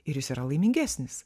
ir jis yra laimingesnis